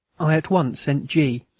i at once sent g.